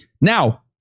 Now